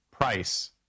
Price